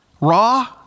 Raw